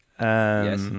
Yes